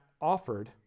offered